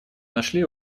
нашли